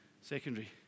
secondary